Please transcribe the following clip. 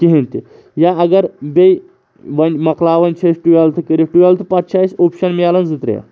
کِہیٖنۍ تہِ یا اگر بیٚیہِ وۄنۍ مۄکلاوان چھِ أسۍ ٹُوَٮ۪لتھٕ کٔرِتھ ٹُوَٮ۪لتھٕ پَتہٕ چھِ اَسہِ اوٚپشن مِلَان زٕ ترٛےٚ